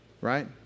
right